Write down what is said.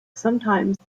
sometimes